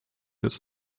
jetzt